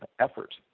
effort